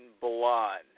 Blonde